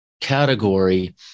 category